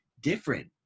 different